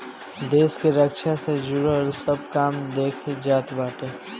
देस के रक्षा से जुड़ल सब काम देखल जात बाटे